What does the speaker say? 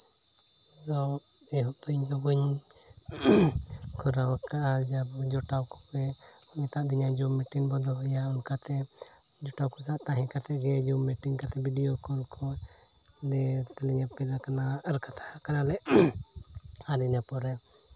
ᱟᱫᱚ ᱮᱦᱚᱵ ᱫᱚ ᱤᱧ ᱫᱚ ᱵᱟᱹᱧ ᱠᱚᱨᱟᱣ ᱟᱠᱟᱜᱼᱟ ᱡᱟᱦᱟᱸ ᱟᱵᱚ ᱡᱚᱴᱟᱣ ᱠᱚᱜᱮ ᱠᱚ ᱢᱮᱛᱟ ᱫᱤᱧᱟᱹ ᱡᱩᱢ ᱢᱤᱴᱤᱝ ᱵᱚᱱ ᱫᱚᱦᱚᱭᱟ ᱚᱱᱠᱟᱛᱮ ᱡᱚᱴᱟᱣ ᱠᱚ ᱥᱟᱶ ᱛᱟᱦᱮᱸ ᱠᱟᱛᱮ ᱜᱮ ᱡᱩᱢ ᱢᱤᱴᱤᱝ ᱠᱟᱛᱮ ᱵᱷᱤᱰᱤᱭᱳ ᱠᱚᱞ ᱠᱚ ᱫᱤᱭᱮ ᱩᱯᱮᱞ ᱟᱠᱟᱱᱟ ᱟᱨ ᱠᱟᱛᱷᱟᱜ ᱠᱟᱱᱟᱞᱮ ᱟᱨ ᱤᱱᱟᱹ ᱯᱚᱨᱮ